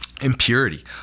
impurity